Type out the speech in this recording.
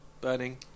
burning